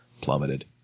plummeted